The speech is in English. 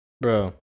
Bro